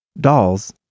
Dolls